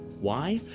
why?